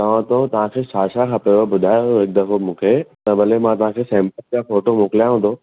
चवां थो तव्हांखे छा छा खपेव ॿुधायो हिकु दफ़ो मूंखे त भले मां तव्हांखे सेम्पल जा फ़ोटो मोकिलियांव थो